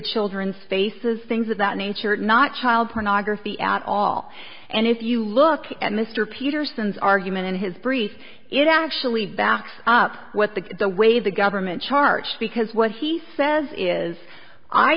children's faces things of that nature not child pornography at all and if you look at mr peterson's argument in his brief it actually backs up what the the way the government charged because what he says is i